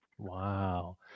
Wow